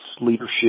leadership